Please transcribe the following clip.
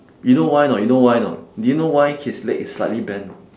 you know why or not you know why or not do you know why his leg is slightly bent